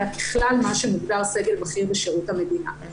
אלא ככלל מה שמוגדר סגל בכיר בשירות המדינה.